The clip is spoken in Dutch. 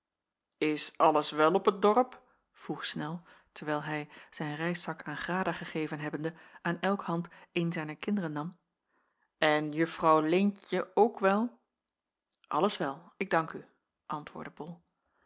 is alles wel op het dorp vroeg snel terwijl hij zijn reiszak aan grada gegeven hebbende aan elke hand een zijner kinderen nam en juffrouw leentje ook wel alles wel ik dank u antwoordde bol